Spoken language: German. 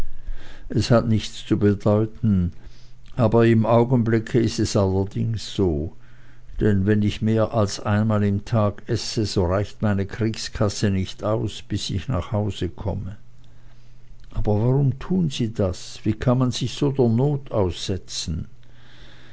es hat nichts zu bedeuten aber im augenblicke ist es allerdings so denn wenn ich mehr als einmal im tag esse so reicht meine kriegskasse nicht aus bis ich nach hause komme aber warum tun sie das wie kann man sich so der not aussetzen